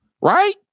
right